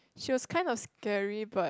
she was kind of scary but